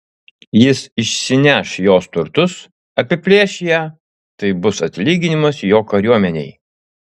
jis išsineš jos turtus apiplėš ją tai bus atlyginimas jo kariuomenei